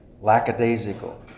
lackadaisical